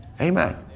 Amen